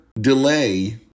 delay